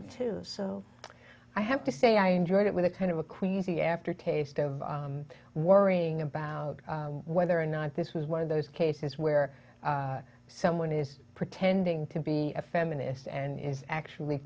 too so i have to say i enjoyed it with a kind of a queasy aftertaste of worrying about whether or not this was one of those cases where someone is pretending to be a feminist and is actually